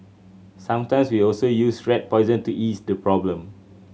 sometimes we also use rat poison to ease the problem